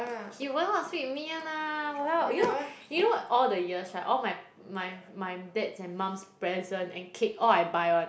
he will not split with me one lah !walao! you know you know all the years right all my my my dad's and mum's present and cake all I buy [one]